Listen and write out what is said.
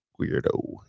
weirdo